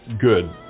good